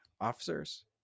officers